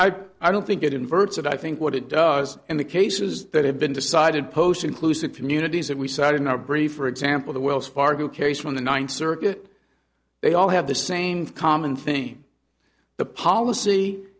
i i don't think it inverts and i think what it does in the cases that have been decided post inclusive communities that we sat in our brief for example the wells fargo case from the ninth circuit they all have the same common thing the policy